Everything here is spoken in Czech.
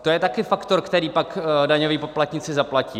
To je také faktor, který pak daňoví poplatníci zaplatí.